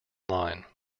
line